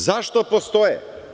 Zašto postoje?